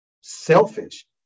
selfish